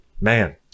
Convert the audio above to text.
man